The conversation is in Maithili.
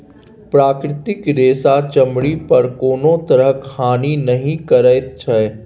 प्राकृतिक रेशा चमड़ी पर कोनो तरहक हानि नहि करैत छै